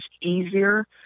easier